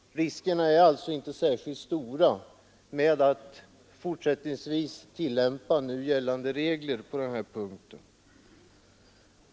Riskerna är alltså inte särskilt stora med att fortsättningsvis tillämpa nu gällande regler på den här punkten.